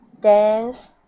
dance